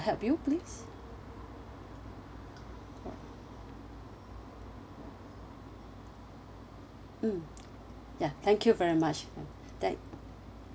help you please mm ya thank you very much tha~